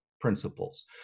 principles